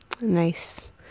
nice